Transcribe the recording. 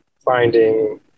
Finding